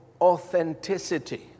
authenticity